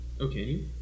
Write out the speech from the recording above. Okay